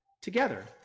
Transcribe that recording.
together